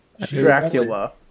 Dracula